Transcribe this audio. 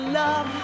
love